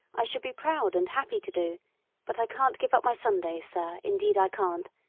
i should be proud and happy to do but i can't give up my sundays, sir, indeed i can't.